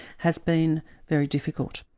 has been very difficult.